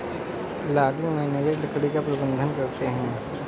logging manager लकड़ी का प्रबंधन करते है